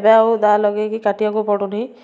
ଏବେ ଆଉ ଦା ଲଗାଇକି କାଟିବାକୁ ପଡ଼ୁନି